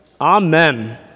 Amen